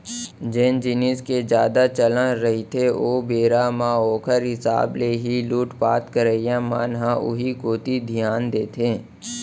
जेन जिनिस के जादा चलन रहिथे ओ बेरा म ओखर हिसाब ले ही लुटपाट करइया मन ह उही कोती धियान देथे